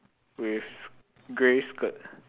with grey skirt